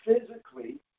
physically